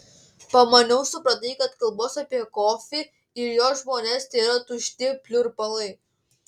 pamaniau supratai kad kalbos apie kofį ir jo žmones tėra tušti pliurpalai